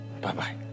Bye-bye